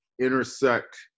intersect